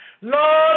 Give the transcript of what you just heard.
Lord